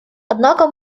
однако